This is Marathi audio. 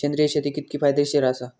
सेंद्रिय शेती कितकी फायदेशीर आसा?